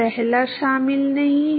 पहला शामिल नहीं है